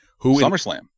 SummerSlam